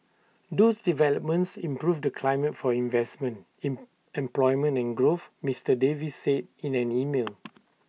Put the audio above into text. those developments improve the climate for investment in employment and growth Mister Davis said in an email